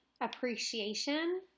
appreciation